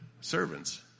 servants